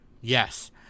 Yes